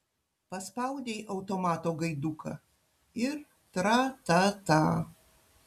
paspaudei automato gaiduką ir tra ta ta